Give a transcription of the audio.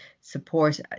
support